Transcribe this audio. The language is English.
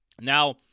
Now